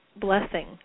blessing